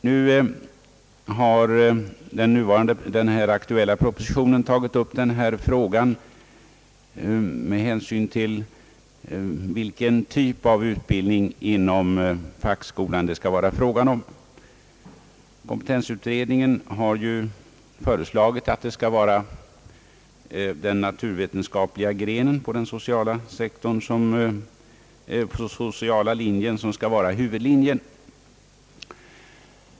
Nu har i den här aktuella propositionen denna fråga tagits upp med hänsyn till vilken typ av utbildning inom fackskolan det skall röra sig om. Kompetensutredningen har ju föreslagit, att den naturvetenskapliga grenen på den sociala linjen skall vara huvudlinje härvidlag.